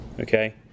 Okay